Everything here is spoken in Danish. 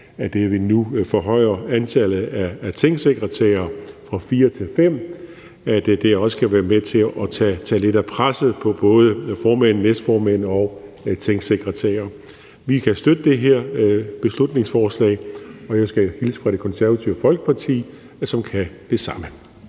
at vi nu forhøjer antallet af tingsekretærer fra fire til fem, også kan være med til at tage lidt af presset fra både formand, næstformænd og tingsekretærer. Vi kan støtte det her beslutningsforslag, og jeg skal hilse fra Det Konservative Folkeparti, som også kan det.